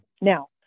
now